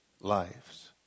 lives